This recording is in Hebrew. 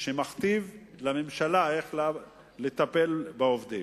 שמכתיב לממשלה איך לטפל בעובדים.